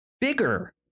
bigger